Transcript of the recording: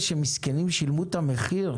והמסכנים האלה ששילמו את המחיר,